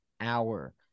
hour